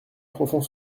profond